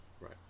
Right